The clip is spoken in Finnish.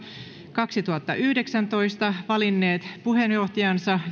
kaksituhattayhdeksäntoista valinneet puheenjohtajansa